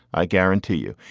i guarantee you,